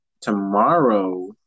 tomorrow